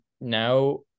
now